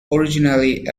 originally